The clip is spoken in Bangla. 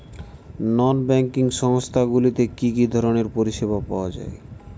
নন ব্যাঙ্কিং সংস্থা গুলিতে কি কি ধরনের পরিসেবা পাওয়া য়ায়?